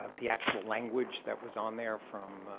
um the actual language that was on there from